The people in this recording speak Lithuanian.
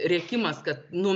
rėkimas kad nu